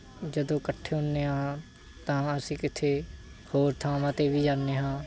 ਜਦੋਂ ਇਕੱਠੇ ਹੁੰਦੇ ਹਾਂ ਤਾਂ ਅਸੀਂ ਕਿਤੇ ਹੋਰ ਥਾਵਾਂ 'ਤੇ ਵੀ ਜਾਂਦੇ ਹਾਂ